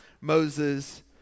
Moses